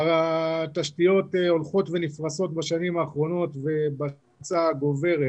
התשתיות הולכות ונפרסות בשנים האחרונות ובתאוצה גוברת